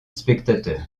spectateurs